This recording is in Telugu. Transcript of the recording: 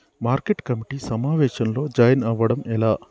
మార్కెట్ కమిటీ సమావేశంలో జాయిన్ అవ్వడం ఎలా?